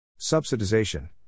Subsidization